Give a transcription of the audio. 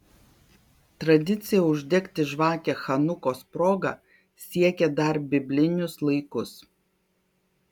tradicija uždegti žvakę chanukos proga siekia dar biblinius laikus